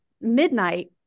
midnight